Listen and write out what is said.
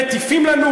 מטיפים לנו?